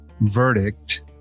verdict